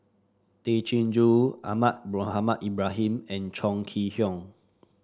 Tay Chin Joo Ahmad Mohamed Ibrahim and Chong Kee Hiong